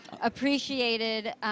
appreciated